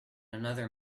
another